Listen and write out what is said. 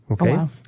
Okay